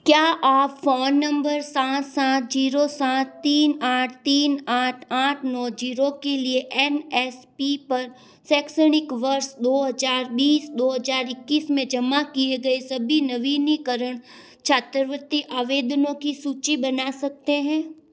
क्या आप phone number सात सात ज़ीरो सात तीन आठ तीन आठ आठ नौ ज़ीरो के लिए एन एस पी पर शैक्षणिक वर्ष दो हज़ार बीस दो हज़ार इक्कीस में जमा किए गए सभी नवीनीकरण छात्रवृत्ति आवेदनों की सूचि बना सकते हैं